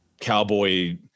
cowboy